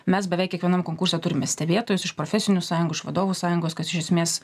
mes beveik kiekvienam konkurse turime stebėtojus iš profesinių sąjungų iš vadovų sąjungos kas iš esmės